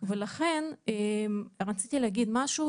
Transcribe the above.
ולכן רציתי להגיד משהו,